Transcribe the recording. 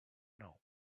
know